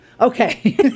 Okay